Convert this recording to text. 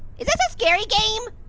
is this a scary game?